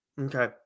Okay